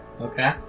okay